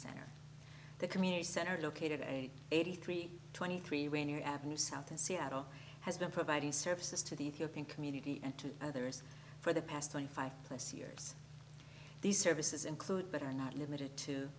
center the community center located eight eighty three twenty three when you add new south seattle has been providing services to the ethiopian community and to others for the past twenty five plus years these services include but are not limited to